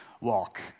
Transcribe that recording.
walk